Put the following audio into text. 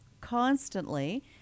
constantly